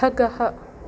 खगः